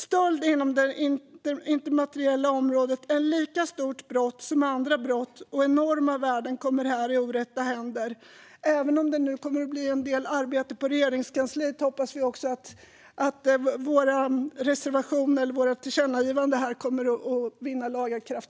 Stöld inom det immateriella området är ett lika stort brott som andra brott och enorma värden kommer här i orätta händer. Även om det nu blir en del arbete på Regeringskansliet hoppas vi att innehållet i vårt tillkännagivande så småningom vinner laga kraft.